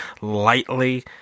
lightly